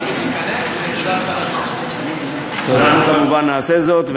אנחנו כמובן נעשה זאת,